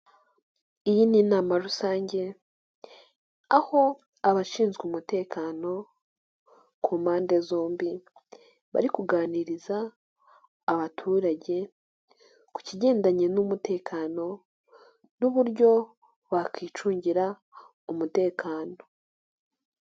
Iyi ni nama rusange, aho abashinzwe umutekano ku mpande zombi, bari kuganiriza abaturage ku kigendanye n'umutekano n'uburyo wakwicungira umutekano.